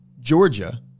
georgia